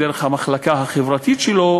דרך המחלקה החברתית שלו,